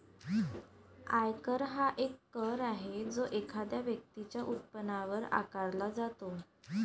आयकर हा एक कर आहे जो एखाद्या व्यक्तीच्या उत्पन्नावर आकारला जातो